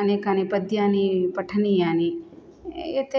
अनेकानि पद्यानि पठनीयानि यत्